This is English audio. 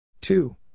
Two